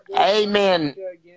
Amen